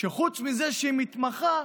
שחוץ מזה שהיא מתמחה,